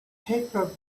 paper